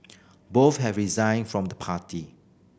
both have resigned from the party